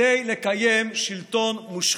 כדי לקיים שלטון מושחת.